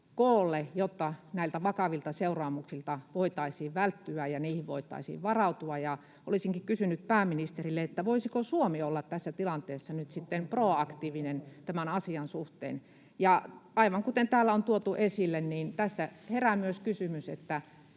jotta näiltä vakavilta seuraamuksilta voitaisiin välttyä ja niihin voitaisiin varautua. Olisinkin kysynyt pääministeriltä: voisiko Suomi olla tässä tilanteessa nyt sitten proaktiivinen tämän asian suhteen? Aivan kuten täällä on tuotu esille, tässä herää myös kysymys,